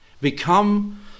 Become